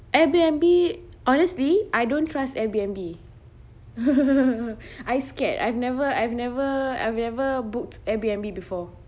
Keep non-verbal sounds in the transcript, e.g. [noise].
airbnb honestly I don't trust airbnb [laughs] I scared I've never I've never I've never booked airbnb before